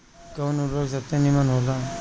कवन उर्वरक सबसे नीमन होला?